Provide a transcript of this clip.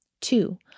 Two